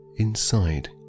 inside